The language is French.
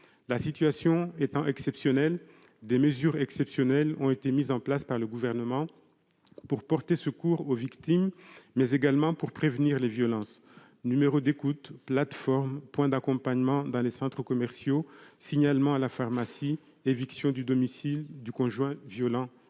La situation étant exceptionnelle, des mesures exceptionnelles ont été mises en place par le Gouvernement pour porter secours aux victimes, mais également pour prévenir les violences : numéro d'écoute, plateforme, point d'accompagnement dans les centres commerciaux, signalement à la pharmacie, éviction du domicile du conjoint violent,